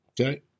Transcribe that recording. Okay